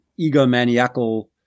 egomaniacal